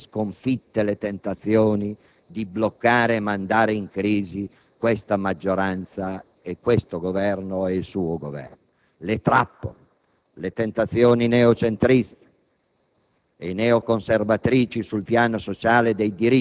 anche se non saranno mai definitivamente sconfitte le tentazioni di bloccare e mandare in crisi questa maggioranza e il suo Governo. Le trappole, le tentazioni neocentriste